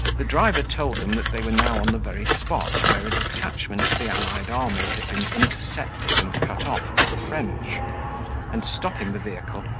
the driver told them that they were now on the very spot where a detachment of the allied army had been intercepted and cut off by the french and, stopping the vehicle,